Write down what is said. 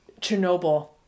Chernobyl